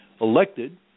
elected